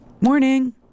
Morning